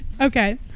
Okay